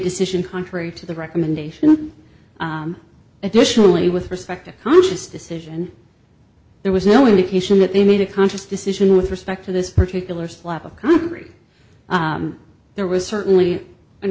decision contrary to the recommendation additionally with respect to conscious decision there was no indication that they made a conscious decision with respect to this particular slab of concrete there was certainly